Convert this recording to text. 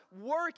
work